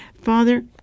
Father